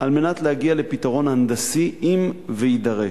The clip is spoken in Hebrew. על מנת להגיע לפתרון הנדסי, אם יידרש.